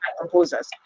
composers